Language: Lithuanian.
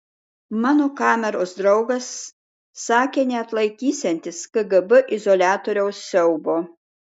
mano kameros draugas sakė neatlaikysiantis kgb izoliatoriaus siaubo